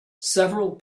several